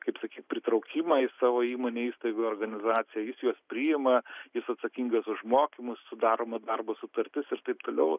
kaip sakyt pritraukimą į savo įmonę įstaigą organizaciją jis juos priima jis atsakingas už mokymus sudaroma darbo sutartis ir taip toliau